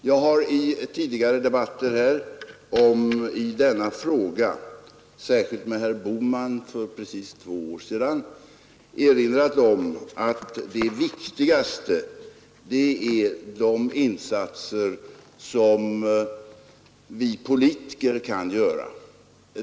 Jag har i tidigare debatter i denna fråga, särskilt med herr Bohman för precis två år sedan, erinrat om att det viktigaste är de insatser som vi politiker kan göra.